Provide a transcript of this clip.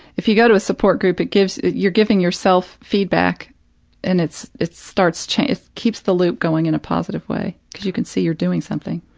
if you go to a support group it gives you're giving yourself feedback and it starts changing it keeps the loop going in a positive way, because you can see you're doing something.